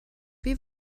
wie